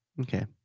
Okay